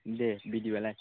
दे बिदिब्लालाय